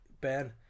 Ben